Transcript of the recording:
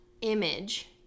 image